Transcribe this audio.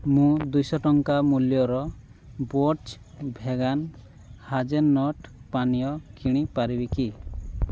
ମୁଁ ଦୁଇଶହ ଟଙ୍କା ମୂଲ୍ୟର ବୋର୍ଜ୍ ଭେଗାନ୍ ହାଜେଲନଟ୍ ପାନୀୟ କିଣିପାରିବି କି